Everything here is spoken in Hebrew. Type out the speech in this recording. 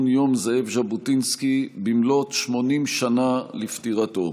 יום זאב ז'בוטינסקי במלאות 80 שנה לפטירתו.